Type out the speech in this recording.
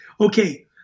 okay